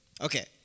Okay